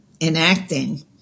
enacting